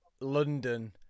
London